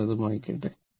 ഞാൻ അത് മായ്ക്കട്ടെ